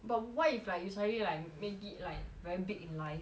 but what if like you suddenly like make it like very big in life